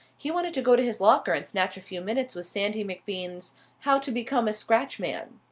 he wanted to go to his locker and snatch a few minutes with sandy macbean's how to become a scratch man.